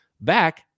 back